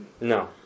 No